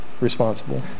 responsible